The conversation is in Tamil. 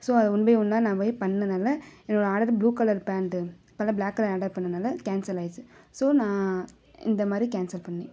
ஸோ அது ஒன் பை ஒன்னாக நான் போய் பண்ணதுனால என்னோடய ஆடர் ப்ளூ கலர் பேண்ட்டு பதிலாக ப்ளாக் கலர் ஆடர் பண்ணதுனால கேன்சல் ஆகிருச்சு ஸோ நான் இந்த மாதிரி கேன்சல் பண்ணேன்